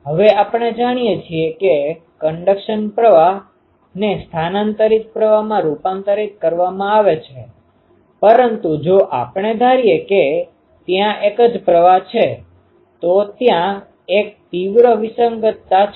હવે આપણે જાણીએ છીએ કે તે કન્ડકશન પ્રવાહને સ્થાનાંતરિત પ્રવાહમાં રૂપાંતરિત કરવામાં આવે છે પરંતુ જો આપણે ધારીએ કે ત્યાં એક જ પ્રવાહ છે તો ત્યાં એક તીવ્ર વિસંગતતા છે